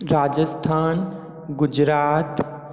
Rajasthan Gujarat